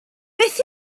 beth